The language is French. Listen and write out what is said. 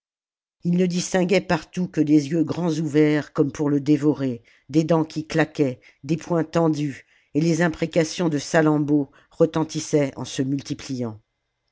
il ne distinguait partout que des yeux grands ouverts comme pour le dévorer des dents qui claquaient des poings tendus et les imprécations de salammbô retentissaient en se multipliant